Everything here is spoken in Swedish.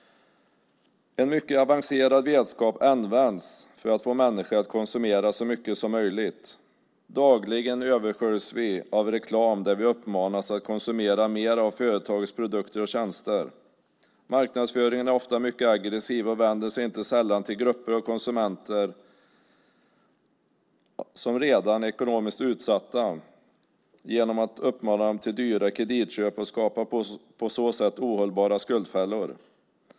En mycket avancerad vetenskap används för att få människor att konsumera så mycket som möjligt. Dagligen översköljs vi av reklam där vi uppmanas att konsumera mer av företags produkter och tjänster. Marknadsföringen är ofta mycket aggressiv och vänder sig inte sällan till grupper av konsumenter som redan är ekonomiskt utsatta genom att uppmana dem till dyra kreditköp och skapar på så sätt ohållbara skuldfällor.